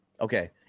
Okay